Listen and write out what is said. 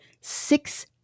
Six